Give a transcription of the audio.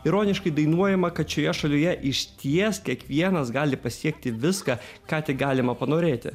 ironiškai dainuojama kad šioje šalyje išties kiekvienas gali pasiekti viską ką tik galima panorėti